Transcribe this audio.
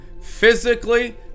physically